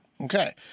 Okay